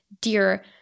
dear